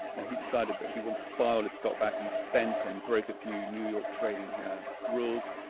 and he decided that he wanted to buy all his stock back. and he bent and broke a few new york trading rules.